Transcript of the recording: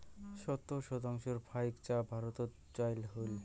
সত্তর শতাংশর ফাইক চা ভারতত চইল হই